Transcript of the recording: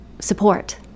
support